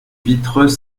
vitreux